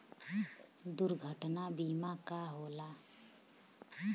दुर्घटना बीमा का होला?